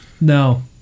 No